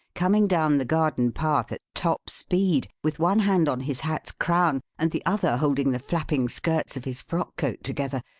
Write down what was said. coming down the garden path at top speed, with one hand on his hat's crown and the other holding the flapping skirts of his frock coat together,